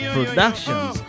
Productions